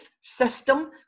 system